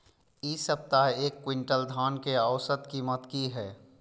इ सप्ताह एक क्विंटल धान के औसत कीमत की हय?